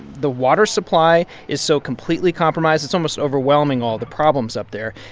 the water supply is so completely compromised. it's almost overwhelming all the problems up there.